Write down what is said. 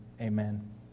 amen